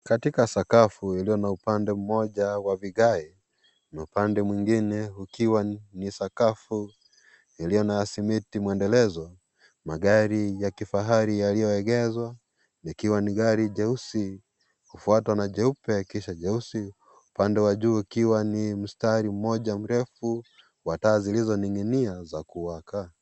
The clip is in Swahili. Katika sakafu iliyo na upande mmoja wa vigae, na upande mwingine, ukiwa ni sakafu, ilio na simiti mwendelezo, magari, yakifahari yaliyo egezwa, likiwa ni gari jeusi, kufuatwa na jeupe, kisha jeusi, upande wa juu ukiwa ni mstari mmoja mrefu, wa taa zilizo ninginia, za kuwaka.